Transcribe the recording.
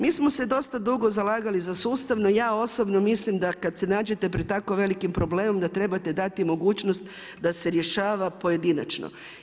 Mi smo se dosta dugo zalagali za sustavno, ja osobno mislim da kada se nađete pred tako velikim problemom da trebate dati mogućnost da se rješava pojedinačno.